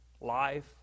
life